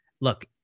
look